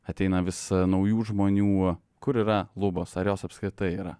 ateina vis naujų žmonių kur yra lubos ar jos apskritai yra